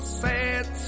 sad